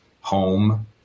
home